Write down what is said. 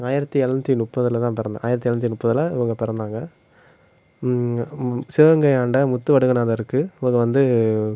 ஆயிரத்தி எழுநூத்தி முப்பதுலதான் பெறந்த ஆயிரத்தி எழுநூத்தி முப்பதுல இவங்க பிறந்தாங்க சிவகங்கையை ஆண்ட முத்துவடுகநாதருக்கு இவங்க வந்து